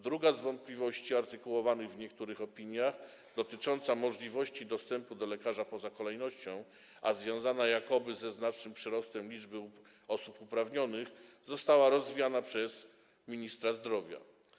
Druga z wątpliwości artykułowanych w niektórych opiniach, dotycząca możliwości dostępu do lekarza poza kolejnością, a związana jakoby ze znacznym przyrostem liczby osób uprawnionych, została rozwiana przez ministra zdrowia.